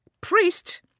priest